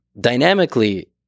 dynamically